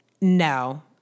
no